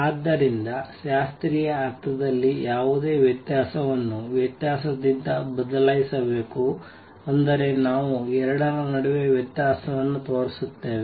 ಆದ್ದರಿಂದ ಶಾಸ್ತ್ರೀಯ ಅರ್ಥದಲ್ಲಿ ಯಾವುದೇ ವ್ಯತ್ಯಾಸವನ್ನು ವ್ಯತ್ಯಾಸದಿಂದ ಬದಲಾಯಿಸಬೇಕು ಅಂದರೆ ನಾವು 2 ರ ನಡುವೆ ವ್ಯತ್ಯಾಸವನ್ನು ತೋರಿಸುತ್ತೇವೆ